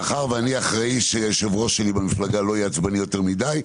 מאחר ואני אחראי שיושב ראש במפלגה לא יהיה עצבני יותר מידי,